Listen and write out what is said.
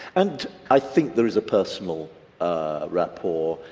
and i think there is a personal rapport.